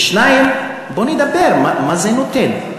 2. בוא נדבר מה זה נותן: